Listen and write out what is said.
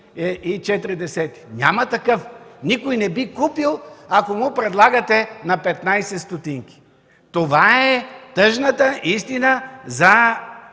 Няма такъв! Никой не би купил, ако му предлагате на 15 стотинки. Това е тъжната истина за